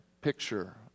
picture